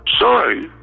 Sorry